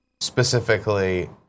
specifically